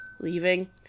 leaving